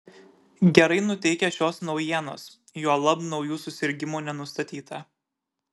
gerai nuteikia šios naujienos juolab naujų susirgimų nenustatyta